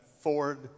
Ford